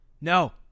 No